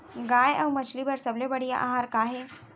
गाय अऊ मछली बर सबले बढ़िया आहार का हे?